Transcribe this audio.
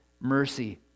mercy